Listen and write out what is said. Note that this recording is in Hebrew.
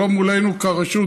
זה לא מולנו כרשות,